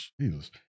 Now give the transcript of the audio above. Jesus